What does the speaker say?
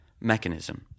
mechanism